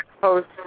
post